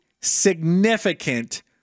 significant